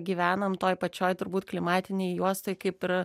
gyvenam toj pačioj turbūt klimatinėj juostoj kaip ir